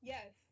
Yes